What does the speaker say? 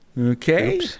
Okay